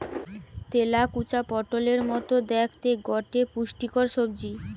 তেলাকুচা পটোলের মতো দ্যাখতে গটে পুষ্টিকর সবজি